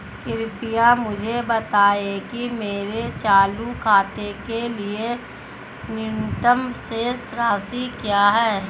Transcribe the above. कृपया मुझे बताएं कि मेरे चालू खाते के लिए न्यूनतम शेष राशि क्या है